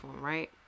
right